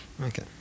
Okay